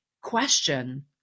question